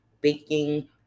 baking